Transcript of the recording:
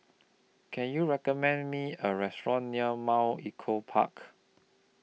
Can YOU recommend Me A Restaurant near Mount Echo Park